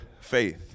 faith